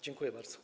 Dziękuję bardzo.